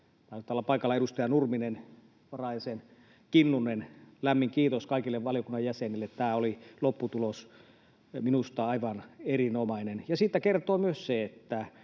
olla paikalla edustaja Nurminen ja varajäsen Kinnunen. Lämmin kiitos kaikille valiokunnan jäsenille. Tämä oli lopputulos, minusta aivan erinomainen, ja siitä kertoo myös se, että